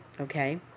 Okay